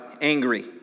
angry